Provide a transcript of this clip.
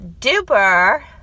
duper